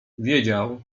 wiedział